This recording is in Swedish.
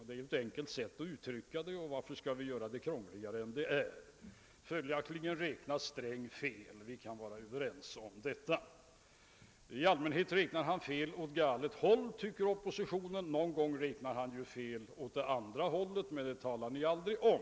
Det är ju ett enkelt sätt att uttrycka saken, och varför skall vi göra den krångligare än den är? Följaktligen räknar Sträng fel; vi kan vara överens om detta. I allmänhet räknar han fel åt galet håll, tycker oppositionen. Någon gång räknar han fel åt det andra hållet, men det talar ni aldrig om.